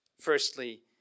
Firstly